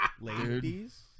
Ladies